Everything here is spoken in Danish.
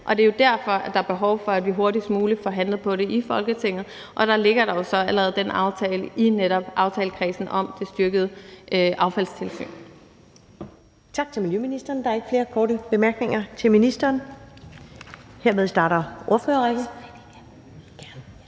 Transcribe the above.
Det er jo derfor, der er behov for, at vi hurtigst muligt får handlet på det i Folketinget. Og der ligger jo så allerede den aftale i netop aftalekredsen om det styrkede affaldstilsyn.